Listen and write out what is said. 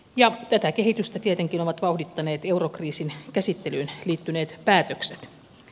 ja tätä kehitystä tietenkin ovat vauhdittaneet eurokriisin käsittelyyn liittyneet päätökset